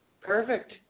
Perfect